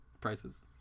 prices